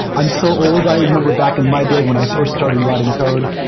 i'm so old i remember back in my day when i f irst started writing code,